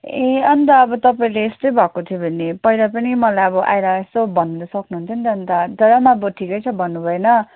ए अन्त अब तपाईँले यस्तै भएको थियो भने पहिला पनि मलाई अब आएर यसो भन्नु सक्नु हुन्थ्यो नि त अन्त तर अब ठिकै छ भन्नु भएन